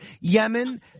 Yemen